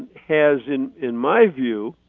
has, in in my view,